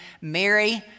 Mary